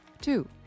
Two